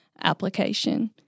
application